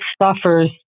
suffers